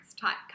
type